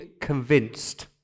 convinced